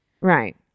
right